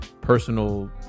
personal